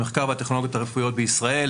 המחקר והטכנולוגיות הרפואיות בישראל,